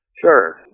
Sure